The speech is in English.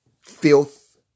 filth